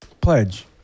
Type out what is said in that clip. Pledge